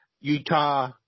Utah